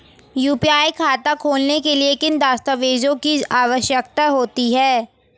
UPI खाता खोलने के लिए किन दस्तावेज़ों की आवश्यकता होती है?